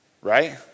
Right